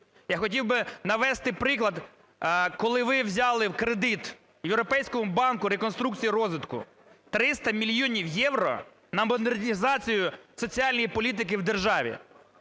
Я хотів би навести приклад, коли ви взяли кредит в Європейському банку реконструкції і розвитку 300 мільйонів євро на модернізацію соціальної політики в державі,